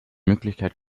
möglichkeit